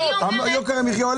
יוקר המחייה עולה,